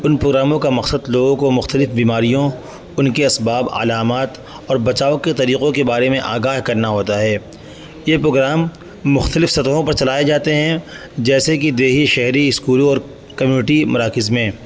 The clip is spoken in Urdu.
ان پروگراموں کا مقصد لوگوں کو مختلف بیماریوں ان کے اسباب علامات اور بچاؤ کے طریقوں کے بارے میں آگاہ کرنا ہوتا ہے یہ پروگرام مختلف سطحوں پر چلائے جاتے ہیں جیسے کہ دیہی شہری اسکولوں اور کمیونٹی مراکز میں